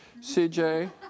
CJ